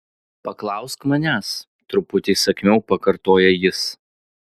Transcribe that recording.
paklausk manęs truputį įsakmiau pakartoja jis